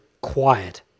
quiet